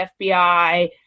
fbi